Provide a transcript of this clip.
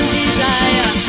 desire